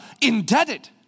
indebted